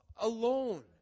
alone